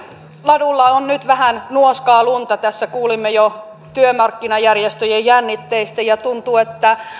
ladulla on nyt vähän nuoskaa lunta tässä kuulimme jo työmarkkinajärjestöjen jännitteistä ja tuntuu että